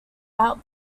out